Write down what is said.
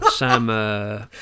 Sam